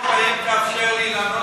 למה לא התקשרת לליצמן?